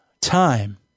time